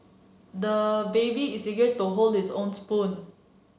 the baby is eager to hold this own spoon